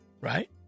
right